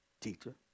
teacher